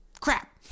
Crap